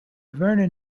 vernon